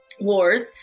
Wars